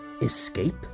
escape